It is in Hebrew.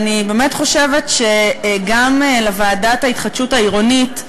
אני באמת חושבת שגם לוועדת ההתחדשות העירונית,